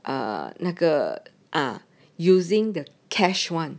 哦那个 ah using the cash one